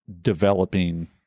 developing